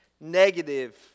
negative